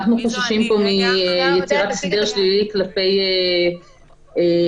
אנחנו חוששים פה מיצירת הסדר שלילי כלפי טיפולים